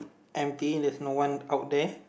empty there's no one out there